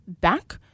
back